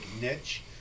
niche